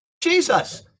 Jesus